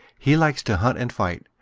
he likes to hunt and fight,